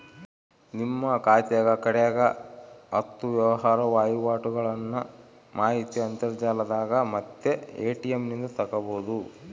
ನಿಮ್ಮ ಖಾತೆಗ ಕಡೆಗ ಹತ್ತು ವ್ಯವಹಾರ ವಹಿವಾಟುಗಳ್ನ ಮಾಹಿತಿ ಅಂತರ್ಜಾಲದಾಗ ಮತ್ತೆ ಎ.ಟಿ.ಎಂ ನಿಂದ ತಕ್ಕಬೊದು